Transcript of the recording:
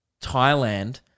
Thailand